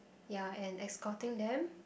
ya and escorting them